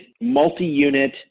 multi-unit